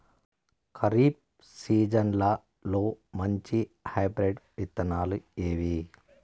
ఖరీఫ్ సీజన్లలో మంచి హైబ్రిడ్ విత్తనాలు ఏవి